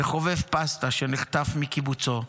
וחובב פסטה, שנחטף מקיבוצו,